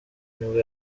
nibwo